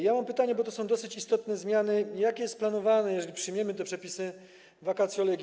Ja mam pytanie, bo to są dosyć istotne zmiany: Jakie jest planowane, jeżeli przyjmiemy te przepisy, vacatio legis?